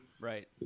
Right